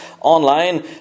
online